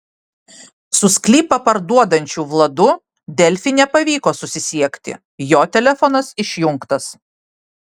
su sklypą parduodančiu vladu delfi nepavyko susisiekti jo telefonas išjungtas